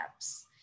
apps